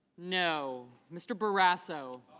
no. mr. barrasso